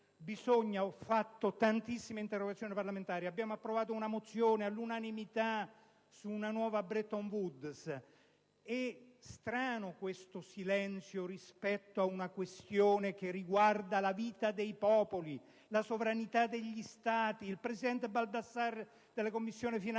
Ho presentato tantissime interrogazioni parlamentari. Abbiamo approvato una mozione all'unanimità su una nuova Bretton Woods. È strano questo silenzio rispetto ad una questione che riguarda la vita dei popoli, la sovranità degli Stati. Il presidente Baldassarri della Commissione finanze